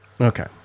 okay